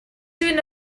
soon